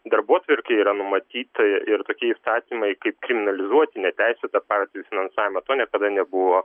darbotvarkėj yra numatyta i ir tokie įstatymai kaip kriminalizuoti neteisėtą partijų finansavimą to niekada nebuvo